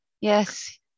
yes